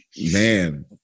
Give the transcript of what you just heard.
Man